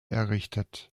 errichtet